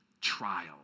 Trial